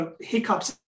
hiccups